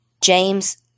James